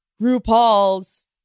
RuPaul's